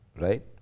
right